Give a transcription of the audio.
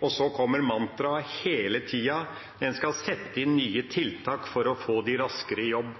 og så kommer hele tida mantraet: En skal sette inn nye tiltak for å få dem raskere i jobb.